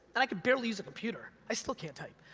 and i could barely use a computer, i still can't type,